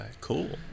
Cool